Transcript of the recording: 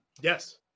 Yes